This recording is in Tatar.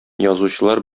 язучылар